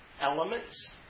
elements